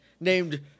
named